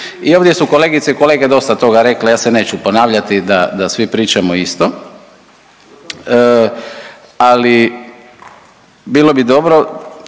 I ovdje su kolegice i kolege dosta toga rekle, ja se neću ponavljati da svi pričamo isto. Ali bilo bi dobro,